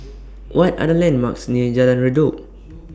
What Are The landmarks near Jalan Redop